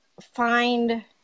find